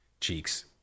Cheeks